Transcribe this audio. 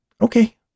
Okay